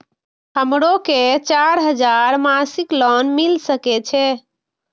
हमरो के चार हजार मासिक लोन मिल सके छे?